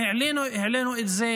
ואנחנו כבר העלינו את זה